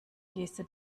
geste